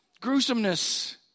gruesomeness